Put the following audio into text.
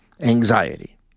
anxiety